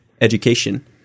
education